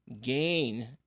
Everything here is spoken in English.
gain